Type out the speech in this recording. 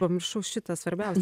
pamiršau šitą svarbiausia